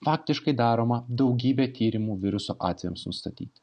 faktiškai daroma daugybė tyrimų viruso atvejams nustatyti